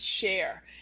share